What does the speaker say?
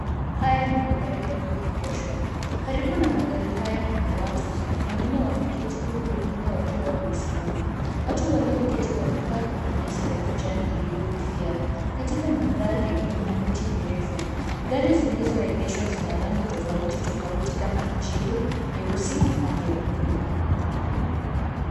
Haya ni magari yaliyoegeshwa. Karibu na magari haya kuna watu, wengine wameketi huku wengine wakiwa wamesimama. Watu walioketi wamekaa kwenye nyasi za kijani iliyofifia. Katika mandhari kuna miti mirefu. Gari zilizoegeshwa zina rangi tofauti tofauti kama kijivu, nyeusi na nyekundu.